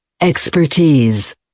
Expertise